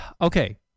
okay